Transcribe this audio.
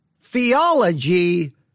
theology